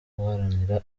guharanira